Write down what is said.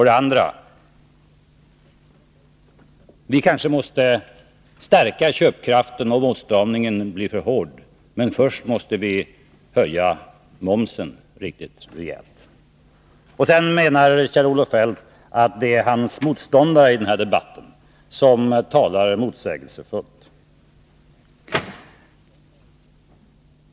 Det andra: Vi kanske måste stärka köpkraften om åtstramningen blir för hård, men först måste vi höja momsen riktigt rejält. Sedan menar Kjell-Olof Feldt att det är hans motståndare i denna debatt som talar motsägelsefullt!